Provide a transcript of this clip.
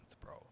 bro